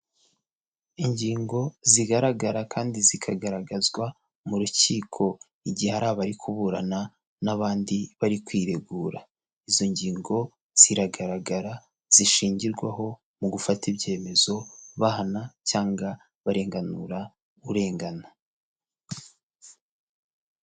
Ingingo zigaragara kandi zikagaragazwa mu rukiko igihe hari abari kuburana n'abandi bari kwiregura, izo ngingo ziragaragara zishingirwaho mu gufata ibyemezo bahana cyangwa barenganura urengana.